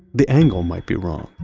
the angle might be wrong,